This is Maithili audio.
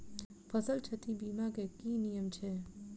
फसल क्षति बीमा केँ की नियम छै?